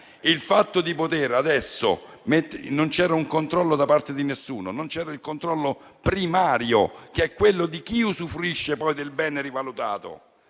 il declino. Non c'era un controllo da parte di nessuno. Non c'era il controllo primario, che è quello di chi usufruisce poi del bene rivalutato